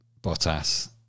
bottas